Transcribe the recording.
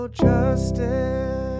justice